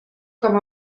com